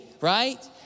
right